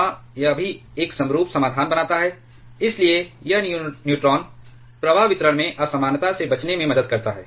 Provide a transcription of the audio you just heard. हाँ यह भी एक समरूप समाधान बनाता है इसलिए यह न्यूट्रॉन प्रवाह वितरण में असमानता से बचने में मदद करता है